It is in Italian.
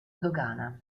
dogana